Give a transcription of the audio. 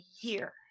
year